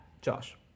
Josh